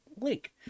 link